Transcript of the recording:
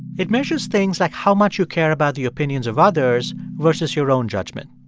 it measures things like how much you care about the opinions of others versus your own judgment.